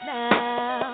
now